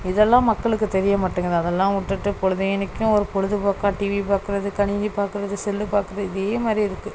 இதெல்லாம் மக்களுக்கு தெரிய மாட்டேங்குது அதெல்லாம் விட்டுட்டு பொழுதேன்னைக்கும் ஒரு பொழுதுபோக்கா டிவி பார்க்குறது கணினி பார்க்குறது செல்லு பார்க்குறது இதே மாதிரி இருக்கு